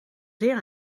zeer